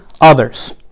others